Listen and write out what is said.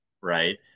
right